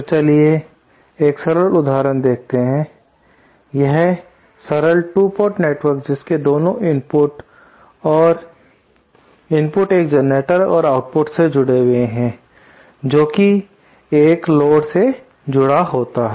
तो चलिए एक सरल उदाहरण देखते हैं यह सरल 2 पोर्ट नेटवर्क जिसके दोनों इनपुट और इनपुट एक जनरेटर और आउटपुट से जुड़े होते हैं जो कि एक लोड से जुड़ा होता है